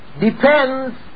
depends